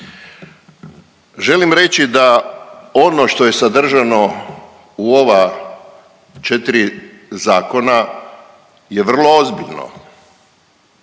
Želim reći da ono što je sadržano u ova 4 zakona je vrlo ozbiljno.